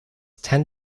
tend